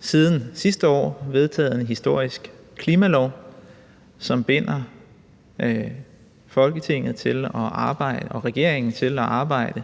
siden sidste år vedtaget en historisk klimalov, som binder Folketinget og regeringen til at arbejde